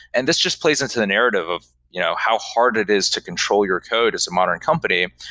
and this just plays into the narrative of you know how hard it is to control your code as a modern company,